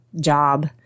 job